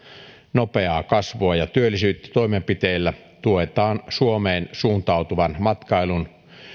nopeaa kasvua ja työllisyyttä toimenpiteellä tuetaan suomeen suuntautuvan matkailun